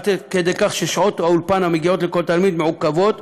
עד כדי כך ששעות האולפן המגיעות לכל תלמיד מעוכבות,